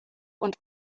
und